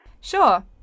Sure